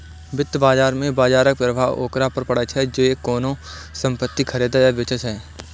वित्त बाजार मे बाजरक प्रभाव ओकरा पर पड़ै छै, जे कोनो संपत्ति खरीदै या बेचै छै